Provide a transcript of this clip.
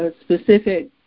specific